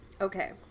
Okay